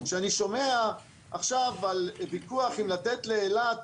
כשאני שומע עכשיו על ויכוח אם לתת לאילת